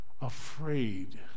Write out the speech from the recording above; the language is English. afraid